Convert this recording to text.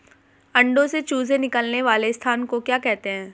अंडों से चूजे निकलने वाले स्थान को क्या कहते हैं?